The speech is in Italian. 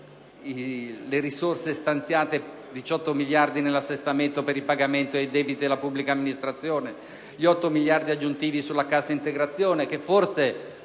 le risorse stanziate: 18 miliardi nell'assestamento per il pagamento dei debiti della pubblica amministrazione; 8 miliardi aggiuntivi sulla cassa integrazione (che forse